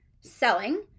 selling